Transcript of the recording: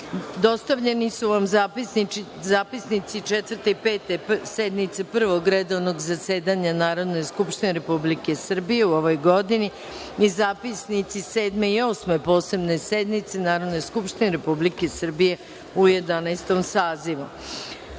sednice. Dostavljeni su vam zapisnici Četvrte i Pete sednice Prvog redovnog zasedanja Narodne skupštine Republike Srbije u ovoj godini, i zapisnici Sedme i Osme Posebne sednice Narodne skupštine Republike Srbije u Jedanaestom